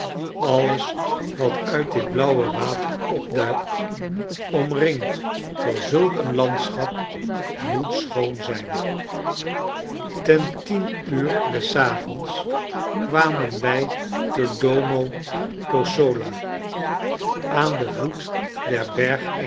alles wat uit dit blauwe water opduikt omringd door zulk een landschap moet schoon zijn ten tien uur des avonds kwamen wij te do mo d'ossola aan den voet